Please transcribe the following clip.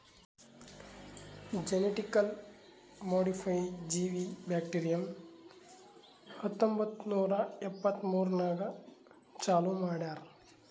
genetically modified ಜೀವಿ bacterium ಹತ್ತೊಂಬತ್ತು ನೂರಾ ಎಪ್ಪತ್ಮೂರನಾಗ್ ಚಾಲೂ ಮಾಡ್ಯಾರ್